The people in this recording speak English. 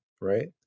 right